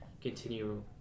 continue